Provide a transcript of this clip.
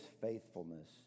faithfulness